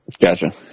Gotcha